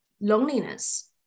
loneliness